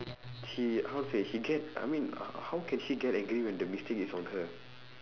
she how to say she get I mean how how can she get angry when the mistake is on her